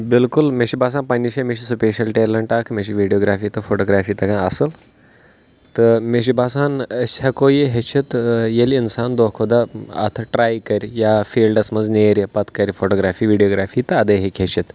بِلکُل مےٚ چھُ باسان پنٛنہِ شایہِ مےٚ چھِ سپیشَل ٹیلَنٹ اَکھ مےٚ چھِ ویٖڈیوگرٛافی تہٕ فوٹوگرٛافی تگان اَصٕل تہٕ مےٚ چھُ باسان أسۍ ہٮ۪کو یہِ ہیٚچھِتھ ییٚلہِ اِنسان دۄہ کھۄ دۄہ اَتھٕ ٹرٛاے کَرِ یا فیٖلڈَس منٛز نیرِ پَتہٕ کَرِ فوٹوگرٛافی ویٖڈیوگرٛافی تہٕ اَدَے ہیٚکہِ ہیٚچھِتھ